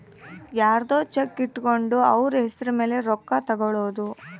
ಯರ್ದೊ ಚೆಕ್ ಇಟ್ಕೊಂಡು ಅವ್ರ ಹೆಸ್ರ್ ಮೇಲೆ ರೊಕ್ಕ ಎತ್ಕೊಳೋದು